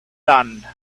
done